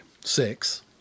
six